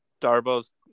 Darbo's